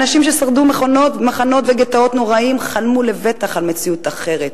אנשים ששרדו מחנות וגטאות נוראיים חלמו לבטח על מציאות אחרת,